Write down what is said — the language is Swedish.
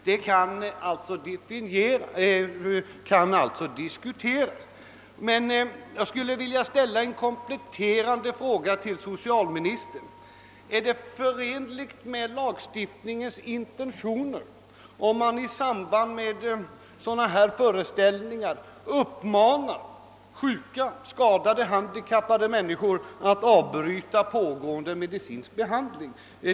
Det kan diskuteras. Jag skulle vilja ställa en kompletterande fråga till socialministern. Är det förenligt med lagstiftningens intentioner att man i samband med föreställningar av detta slag uppmanar sjuka, skadade och handikappade människor att avbryta pågående medicinsk behandling?